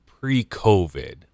pre-COVID